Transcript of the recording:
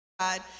God